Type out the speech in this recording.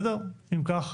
אם כך,